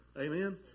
Amen